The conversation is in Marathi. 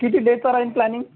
किती डेजचा राहील प्लॅनिंग